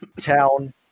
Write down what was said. Town